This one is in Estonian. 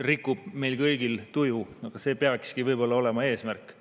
rikub meil kõigil tuju. Ent see peakski võib‑olla olema eesmärk.